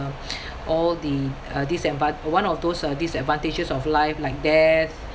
all the uh disadvan~ uh one of those uh disadvantages of life like death